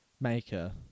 maker